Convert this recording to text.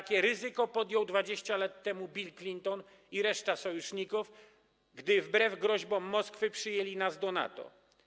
Takie ryzyko podjął 20 lat temu Bill Clinton i reszta sojuszników, gdy wbrew groźbom Moskwy przyjęli nas do NATO.